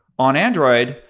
on android,